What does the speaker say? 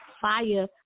fire